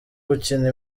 gukina